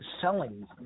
selling